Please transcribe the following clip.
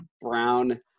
brown